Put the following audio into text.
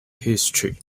history